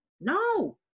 no